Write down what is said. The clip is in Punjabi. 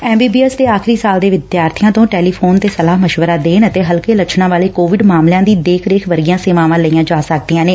ਐਮ ਬੀ ਬੀ ਐਸ ਦੇ ਆਖਰੀ ਸਾਲ ਵਾਲੇ ਵਿਦਿਆਰਥੀਆਂ ਤੋਂ ਟੈਲੀਫੋਨ ਤੇ ਸਲਾਹ ਮਸ਼ਵਰਾ ਦੇਣ ਅਤੇ ਹਲਕੇ ਲੱਛਣਾਂ ਵਾਲੇ ਕੋਵਿਡ ਮਾਮਲਿਆਂ ਦੀ ਦੇਖ ਰੇਖ ਵਰਗੀਆਂ ਸੇਵਾਵਾਂ ਲਈਆਂ ਜਾ ਸਕਦੀਆਂ ਨੇ